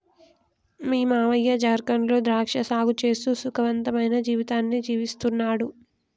మీ మావయ్య జార్ఖండ్ లో ద్రాక్ష సాగు చేస్తూ సుఖవంతమైన జీవితాన్ని జీవిస్తున్నాడు